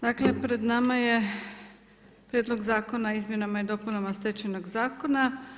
Dakle, pred nama je Prijedlog zakona o izmjenama i dopunama Stečajnog zakona.